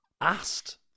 Asked